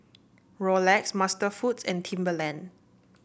Rolex MasterFoods and Timberland